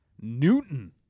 newton